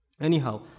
Anyhow